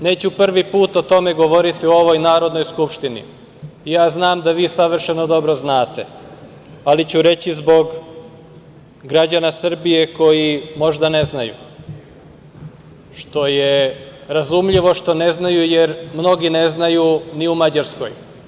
Neću prvi put o tome govoriti u ovoj Narodnoj skupštini, znam da vi savršeno dobro znate, ali ću reći zbog građana Srbije koji možda ne znaju, što je razumljivo što ne znaju jer mnogi ne znaju ni u Mađarskoj.